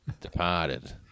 Departed